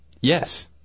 Yes